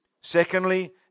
Secondly